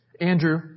Andrew